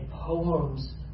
poems